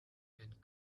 and